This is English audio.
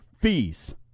fees